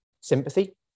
sympathy